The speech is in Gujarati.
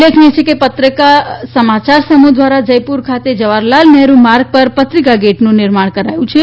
ઉલ્લેખનીય છેકે પત્રિકા સમાચાર સમૂહ દ્રારા જયપુર ખાતે જવાહરલાલ નહેરુ માર્ગ પર પત્રિકા ગેટનું નિર્માણ કરાયું છે